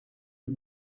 and